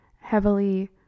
heavily